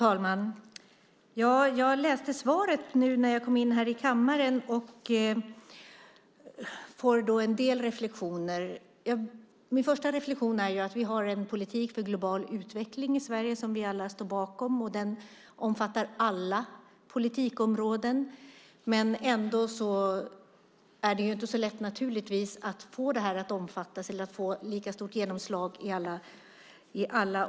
Fru talman! Jag läste svaret nu när jag kom in i kammaren och gör då en del reflexioner. Min första reflexion är att vi i Sverige har en politik för global utveckling som vi alla står bakom. Den omfattar alla politikområden. Ändå är det naturligtvis inte så lätt att få det här att omfatta eller få lika stort genomslag i alla olika delar.